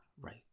right